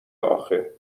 آخه